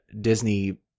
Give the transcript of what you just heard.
disney